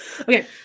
Okay